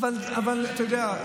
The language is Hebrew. אבל אתה יודע,